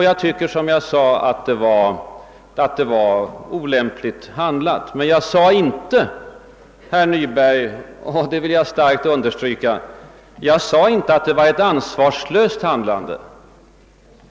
Jag tycker att de båda partierna handlade olämpligt men jag sade inte, herr Nyberg — och det vill jag starkt understryka — att det var ett »ansvarslöst» handlande.